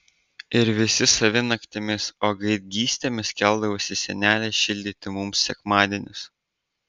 ir visi savi naktimis o gaidgystėmis keldavosi senelė šildyti mums sekmadienius